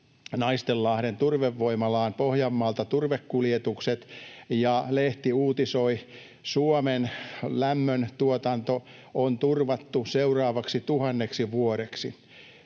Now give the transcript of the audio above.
Naistenlahden turvevoimalaan Pohjanmaalta turvekuljetukset ja lehti uutisoi: ”Suomen lämmöntuotanto on turvattu seuraavaksi 1 000 vuodeksi”.